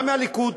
גם מהליכוד,